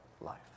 life